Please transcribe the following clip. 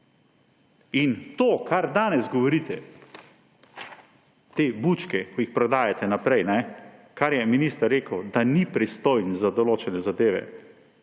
In to, kar danes govorite, te bučke, ki jih prodajate naprej, kar je minister rekel, da ni pristojen za določene zadeve.